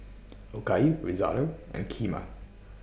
Okayu Risotto and Kheema